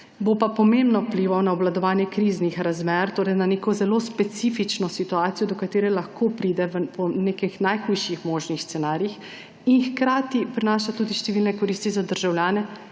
bo pa pomembno vplival na obvladovanje kriznih razmer, torej na neko zelo specifično situacijo, do katere lahko pride po nekih najhujših možnih scenarijih. Hkrati pa prinaša tudi številne koristi za državljane